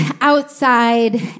outside